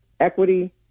Equity